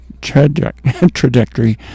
trajectory